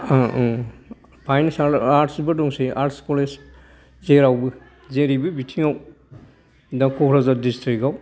fine and arts बो दंसै arts college जेरावबो जेरैबो बिथिङाव दा कक्राझार दिस्ट्रिक्ट आव सुबिदा